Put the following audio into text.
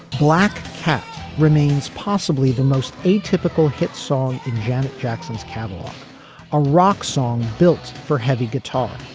black cap remains possibly the most atypical hit song in janet jackson's catalog a rock song built for heavy guitar.